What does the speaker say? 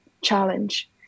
challenge